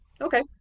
Okay